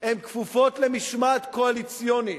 כפופות למשמעת קואליציונית,